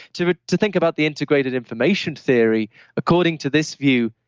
to but to think about the integrated information theory according to this view.